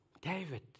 David